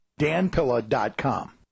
danpilla.com